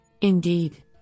Indeed